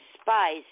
spies